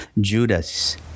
Judas